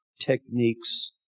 techniques